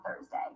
Thursday